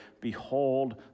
Behold